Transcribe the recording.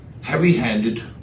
heavy-handed